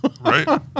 Right